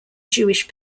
jewish